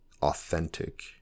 authentic